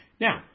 Now